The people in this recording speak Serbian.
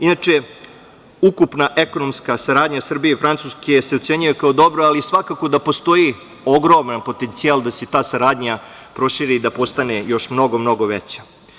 Inače, ukupna ekonomska saradnja Srbije i Francuske se ocenjuje kao dobra, ali svakako da postoji ogroman potencijal da se ta saradnja proširi i da postane još mnogo, mnogo veća.